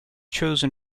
chosen